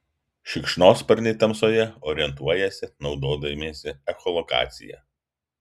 šikšnosparniai tamsoje orientuojasi naudodamiesi echolokacija